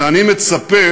שאני מצפה